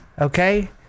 okay